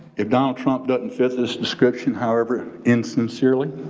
if donald trump doesn't fit this description, however insincerely,